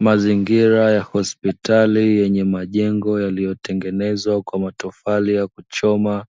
Mazingira ya hospitali yenye majengo yaliyo tengenezwa kwa matofari ya kuchoma,